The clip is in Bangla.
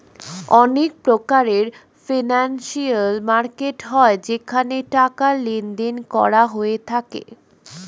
অনেক প্রকারের ফিনান্সিয়াল মার্কেট হয় যেখানে টাকার লেনদেন করা হয়ে থাকে